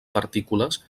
partícules